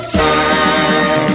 time